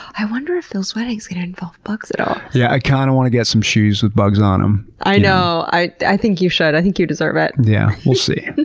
i wonder if phil's wedding is going to involve bugs at all. yeah. i kinda kind of want to get some shoes with bugs on em. i know. i i think you should. i think you deserve it. yeah, we'll see.